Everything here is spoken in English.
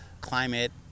climate